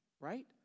Right